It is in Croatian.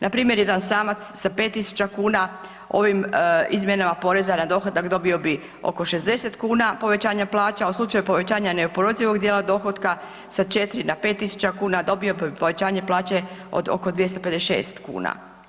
Na primjer jedan samac sa 5000 kuna ovim izmjenama poreza na dohodak dobio bi oko 60 kuna povećanja plaća, a u slučaju povećanja neoporezivog dijela dohotka sa 4 na 5000 kuna dobio bi povećanje plaće od oko 256 kuna.